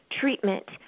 treatment